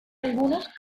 algunos